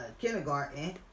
kindergarten